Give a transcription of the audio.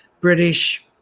British